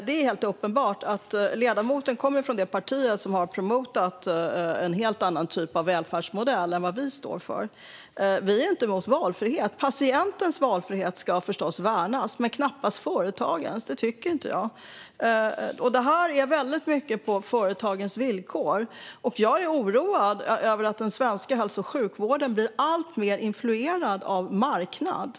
Det är helt uppenbart. Ledamoten kommer från det parti som har promotat en helt annan typ av välfärdsmodell än vad vi står för. Vi är inte emot valfrihet. Patientens valfrihet ska förstås värnas men knappast företagens. Det tycker inte jag. Det här är väldigt mycket på företagens villkor. Jag är oroad över att den svenska hälso och sjukvården på olika sätt blir alltmer influerad av marknad.